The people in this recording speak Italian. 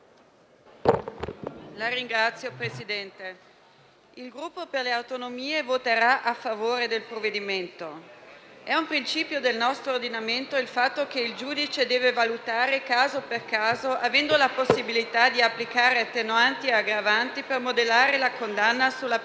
il Gruppo Per le Autonomie voterà a favore del provvedimento. È un principio del nostro ordinamento il fatto che il giudice deve valutare caso per caso avendo la possibilità di applicare attenuanti e aggravanti per modellare la condanna sulla